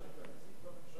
רזית.